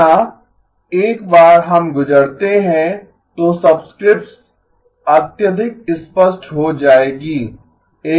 पुनः एक बार हम गुजरते हैं तो सब्स्क्रिप्ट्स अत्यधिक स्पष्ट हो जाएगी